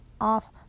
off